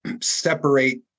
separate